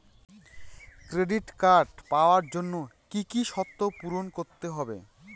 Credit card পাওয়ার জন্য কি কি শর্ত পূরণ করতে হবে?